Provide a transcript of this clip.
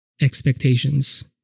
expectations